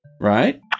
right